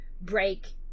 break